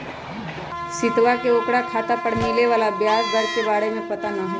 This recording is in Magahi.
सवितवा के ओकरा खाता पर मिले वाला ब्याज दर के बारे में पता ना हई